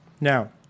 Now